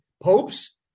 popes